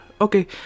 okay